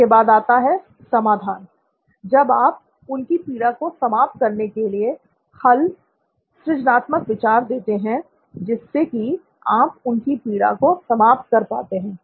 उसके बाद आता है समाधान जब आप उनकी पीड़ा को समाप्त करने के लिए हल सृजनात्मक विचार देते हैं जिससे कि आप उनकी पीड़ा को समाप्त कर पाते हैं